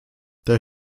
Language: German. der